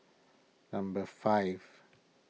number five